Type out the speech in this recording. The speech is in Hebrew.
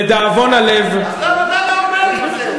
למה אתה לא אומר את זה?